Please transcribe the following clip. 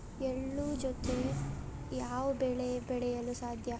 ಎಳ್ಳು ಜೂತೆ ಯಾವ ಬೆಳೆ ಬೆಳೆಯಲು ಸಾಧ್ಯ?